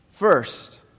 First